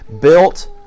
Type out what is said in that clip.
built